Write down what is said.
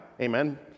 Amen